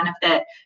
benefit